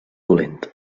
dolent